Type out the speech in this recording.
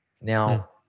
Now